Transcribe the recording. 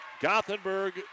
Gothenburg